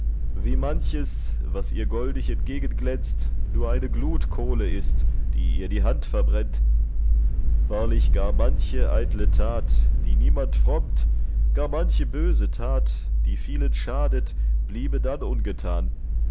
wie manches was ihr goldig entgegenglänzt nur eine glutkohle ist die ihr die hand verbrennt wahrlich gar manche eitle tat die niemand frommt gar manche böse tat die vielen schadet bliebe dann ungetan